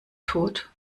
tot